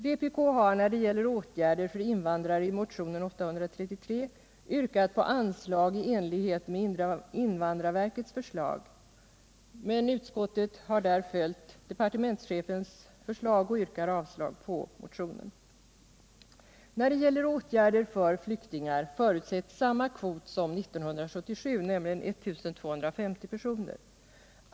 Vpk har när det gäller åtgärder för invandrare i motionen 833 yrkat på anslag i enlighet med invandrarverkets förslag. Utskottet har följt departementschefens förslag och yrkar avslag på motionen. När det gäller åtgärder för flyktingar förutsätts samma kvot som 1977, nämligen 1 250 personer.